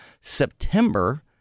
September